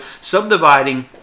subdividing